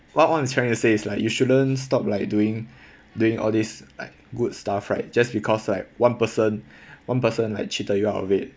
what what I'm trying to say is like you shouldn't stop like doing doing all this like good stuff right just because like one person one person like cheated you out of it